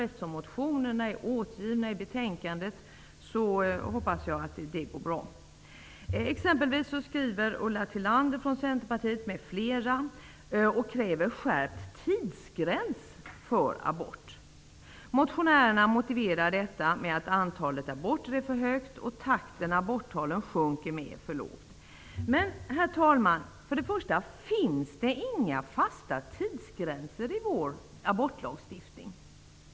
Eftersom motionerna är återgivna i betänkandet hoppas jag att det går bra. Ulla Tillander m.fl. från Centerpartiet kräver exempelvis skärpt tidsgräns för abort. Motionärerna motiverar detta med att antalet aborter är för högt och att den takt som antalet aborter sjunker med är för långsam. Herr talman! För det första finns det inga fasta tidsgränser i vår abortlagstiftning.